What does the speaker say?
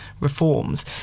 reforms